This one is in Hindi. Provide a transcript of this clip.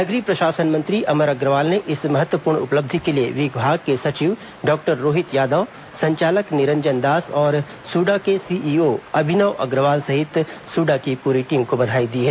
नगरीय प्रशासन मंत्री अमर अग्रवाल ने इस महत्वपूर्ण उपलब्धि के लिए विभाग के सचिव डॉक्टर रोहित यादव संचालक निरंजन दास और सूडा के सीईओ अभिनव अग्रवाल सहित सूडा की पूरी टीम को बधाई दी है